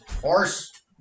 Horse